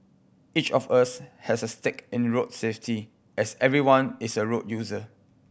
each of us has a stake in road safety as everyone is a road user